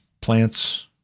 plants